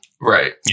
Right